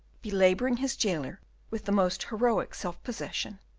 belaboring his jailer with the most heroic self-possession,